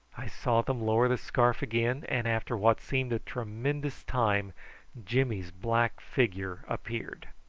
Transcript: i saw them lower the scarf again, and after what seemed a tremendous time jimmy's black figure appeared.